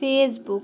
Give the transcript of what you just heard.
face book